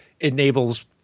enables